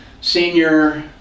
senior